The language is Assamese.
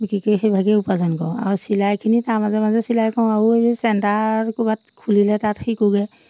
বিক্ৰী কৰি সেইভাগেই উপাৰ্জন কৰোঁ আৰু চিলাইখিনি তাৰ মাজে মাজে চিলাই কৰো আৰু এই চেণ্টাৰ ক'ৰবাত খুলিলে তাত শিকোগৈ